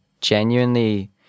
genuinely